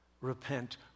repent